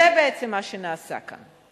זה בעצם מה שנעשה כאן.